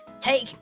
take